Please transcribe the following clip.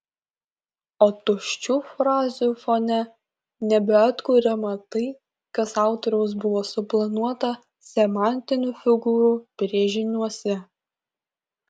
o tuščių frazių fone nebeatkuriama tai kas autoriaus buvo suplanuota semantinių figūrų brėžiniuose